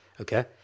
Okay